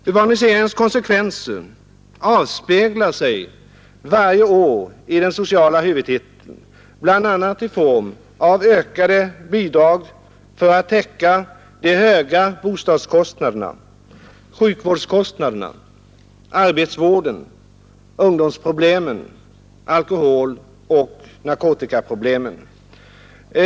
Urbaniseringens konsekvenser avspeglar sig varje år i den sociala huvudtiteln bl.a. i form av ökade bidrag för att täcka de höga bostadskostnaderna, sjukvårdskostnaderna, kostnaderna för arbetsvården och kostnaderna för lösningen av ungdomsproblemen, alkoholproblemen och narkotikaproblemen.